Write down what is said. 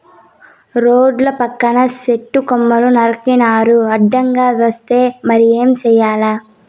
రోడ్ల పక్కన సెట్టు కొమ్మలు నరికినారు అడ్డంగా వస్తే మరి ఏం చేయాల